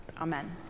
Amen